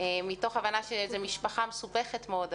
מתוך הבנה שזו משפחה מסובכת מאוד,